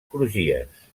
crugies